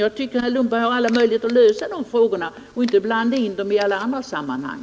Jag tycker att herr Lundberg har alla möjligheter att söka lösa de frågorna, i stället för att bara blanda in dem i alla andra sammanhang.